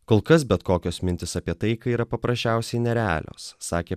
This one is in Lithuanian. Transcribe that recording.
kol kas bet kokios mintys apie taiką yra paprasčiausiai nerealios sakė